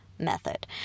method